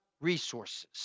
resources